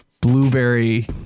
blueberry